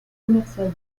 commerciale